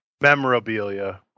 Memorabilia